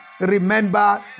Remember